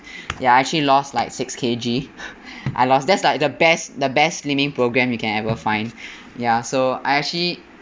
ya I actually lost like six K_G I lost that's like the best the best slimming programme you can ever find ya so I actually